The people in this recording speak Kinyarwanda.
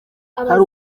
hari